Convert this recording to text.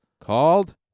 called